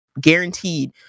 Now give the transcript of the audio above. guaranteed